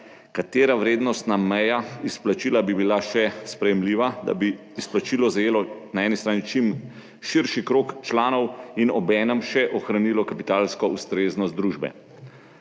katera vrednostna meja izplačila bi bila še sprejemljiva, da bi izplačilo zajelo na eni strani čim širši krog članov in obenem še ohranilo kapitalsko ustreznost družbe.